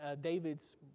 David's